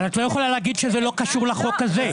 אבל את לא יכולה להגיד שזה לא קשור לחוק הזה.